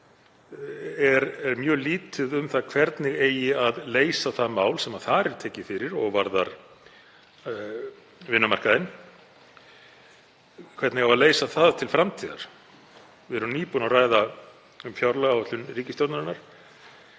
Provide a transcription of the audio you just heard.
síður er mjög lítið um það hvernig eigi að leysa það mál sem þar er tekið fyrir og varðar vinnumarkaðinn, hvernig eigi að leysa það til framtíðar. Við erum nýbúin að ræða um fjármálaáætlun ríkisstjórnarinnar